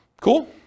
Cool